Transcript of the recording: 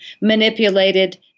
manipulated